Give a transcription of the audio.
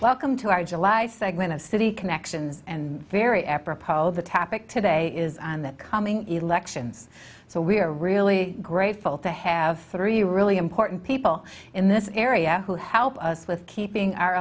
welcome to our july segment of city connections and very apropos the topic today is on the coming elections so we are really grateful to have three really important people in this area who help us with keeping our